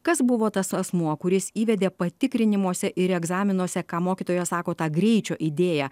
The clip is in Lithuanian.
kas buvo tas asmuo kuris įvedė patikrinimuose ir egzaminuose ką mokytoja sako tą greičio idėją